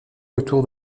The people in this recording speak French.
autour